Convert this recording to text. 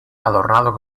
adornado